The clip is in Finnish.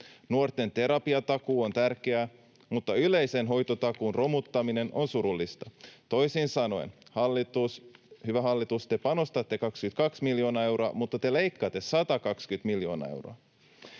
Nuorten terapiatakuu on tärkeä, mutta yleisen hoitotakuun romuttaminen on surullista. Toisin sanoen: hyvä hallitus, te panostatte 22 miljoonaa euroa, mutta te leikkaatte 120 miljoonaa euroa.